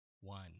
one